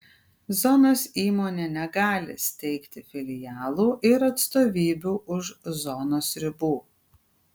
zonos įmonė negali steigti filialų ir atstovybių už zonos ribų